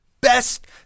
best